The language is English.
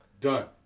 Done